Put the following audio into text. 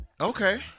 okay